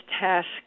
task